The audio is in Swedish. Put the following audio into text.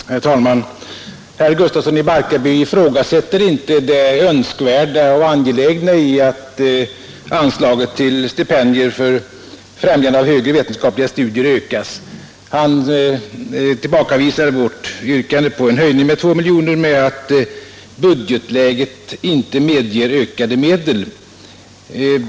Herr talman! Herr Gustafsson i Barkarby ifrågasätter inte det önskvärda och angelägna i att anslaget till stipendier för främjande av högre vetenskapliga studier ökas. Han tillbakavisar vårt yrkande på en höjning med 2 miljoner kronor med att budgetläget inte medger ökade medel.